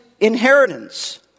inheritance